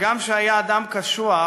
הגם שהיה אדם קשוח,